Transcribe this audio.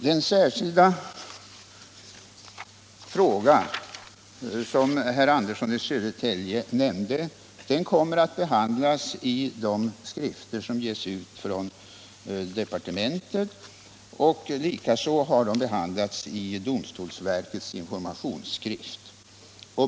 Den särskilda fråga som herr Andersson i Södertälje nämnde kommer att behandlas i de'skrifter som ges ut från departementet. Likaså har de behandlats i domstolsverkets informationsskrift.